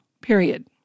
period